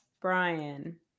Brian